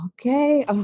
Okay